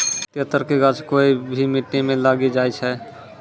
तेतर के गाछ कोय भी मिट्टी मॅ लागी जाय छै